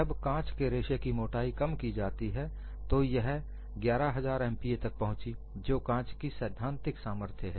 जब कांच के रेशे की मोटाई कम की जाती है तो यह 11000 MPa तक पहुँची जो कांच की सैद्धांतिक सामर्थ्य है